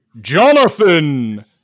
Jonathan